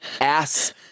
Ass